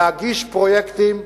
להגיש פרויקטים,